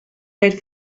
had